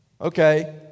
Okay